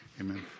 Amen